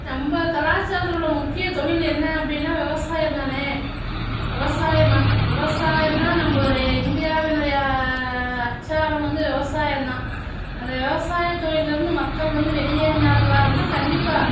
நம்ம கலாச்சாரத்தில் உள்ள முக்கிய தொழில் என்ன அப்படின்னா விவசாயம்தானே விவசாயம் விவசாயந்தான் நம்பளுடைய இந்தியாவினுடைய அச்சாரம் வந்து விவசாயம்தான் அந்த விவசாய தொழிலில் வந்து மக்கள் வந்து வெளியேறினார்களா அப்படின்னா கண்டிப்பாக